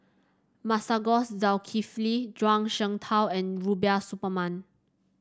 Masagos Zulkifli Zhuang Shengtao and Rubiah Suparman